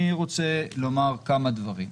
אני רוצה לומר כמה דברים: